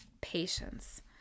patience